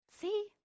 See